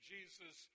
Jesus